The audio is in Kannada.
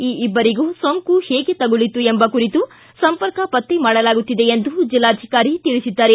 ಈ ಇಬ್ಬರಿಗೂ ಸೋಂಕು ಹೇಗೆ ತಗುಲಿತು ಎಂಬ ಕುರಿತು ಸಂಪರ್ಕ ಪತ್ತೆ ಮಾಡಲಾಗುತ್ತಿದೆ ಎಂದು ಜಿಲ್ಲಾಧಿಕಾರಿ ತಿಳಿಸಿದ್ದಾರೆ